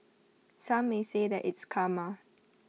some may say that it's karma